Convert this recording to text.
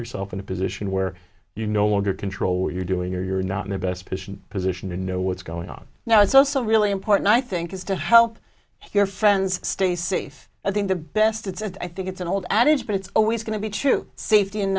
yourself in a position where you no longer control what you're doing or you're not in the best position position to know what's going on now it's also really important i think is to help your friends stay safe i think the best it's i think it's an old adage but it's always going to be true safety in